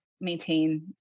maintain